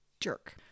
jerk